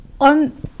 On